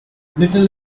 little